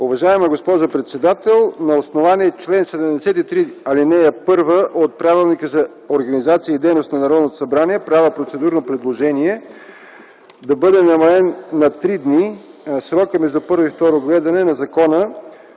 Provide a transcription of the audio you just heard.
Уважаема госпожо председател, на основание чл. 73, ал. 1 от Правилника за организацията и дейността на Народното събрание правя процедурно предложение да бъде намален на три дни срокът между първо и второ четене на